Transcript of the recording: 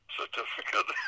certificate